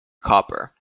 copper